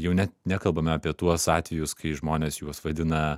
jau net nekalbame apie tuos atvejus kai žmonės juos vadina